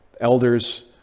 elders